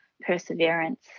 perseverance